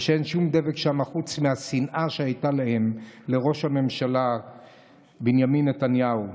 ושאין שום דבק שם חוץ מהשנאה שהייתה להם לראש הממשלה בנימין נתניהו.